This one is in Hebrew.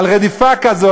על רדיפה כזאת?